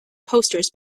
posters